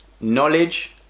knowledge